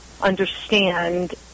understand